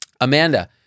Amanda